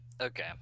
Okay